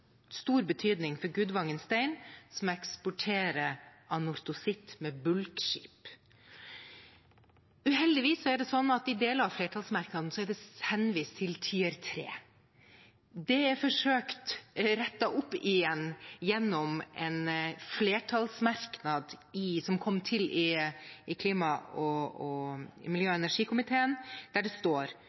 stor betydning for Gudvangen Stein, som eksporterer anortositt med bulkskip. Uheldigvis er det sånn at i deler av flertallsmerknaden er det henvist til Tier III. Det er forsøkt rettet opp igjen gjennom en flertallsmerknad som kom til i miljø- og energikomiteen, der det står: